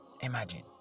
Imagine